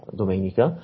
domenica